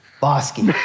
Bosky